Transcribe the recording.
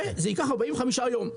וזה ייקח 45 ימים.